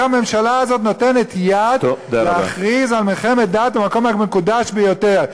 איך הממשלה הזאת נותנת יד להכריז על מלחמת דת במקום המקודש ביותר?